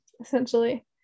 Essentially